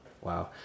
wow